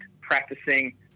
practicing